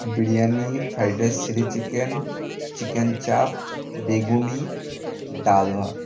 biryani fried rice chilli chicken chicken chaap বেগুনি ডাল ভাত